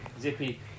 Zippy